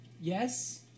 yes